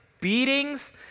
beatings